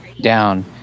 down